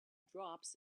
drops